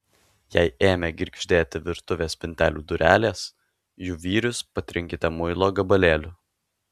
jei ėmė girgždėti virtuvės spintelių durelės jų vyrius patrinkite muilo gabalėliu